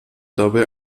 dabei